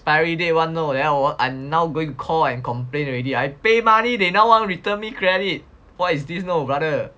date [one] then hor now going call complain already I pay money they now want return me credit what is this know brother